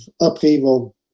upheaval